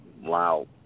Wow